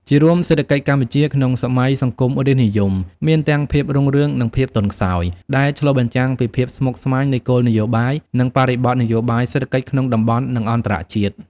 ជារួម សេដ្ឋកិច្ចកម្ពុជាក្នុងសម័យសង្គមរាស្ត្រនិយមមានទាំងភាពរុងរឿង និងភាពទន់ខ្សោយ ដែលឆ្លុះបញ្ចាំងពីភាពស្មុគស្មាញនៃគោលនយោបាយ និងបរិបទនយោបាយសេដ្ឋកិច្ចក្នុងតំបន់ និងអន្តរជាតិ។